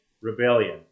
rebellion